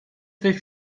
coś